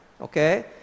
Okay